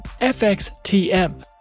FXTM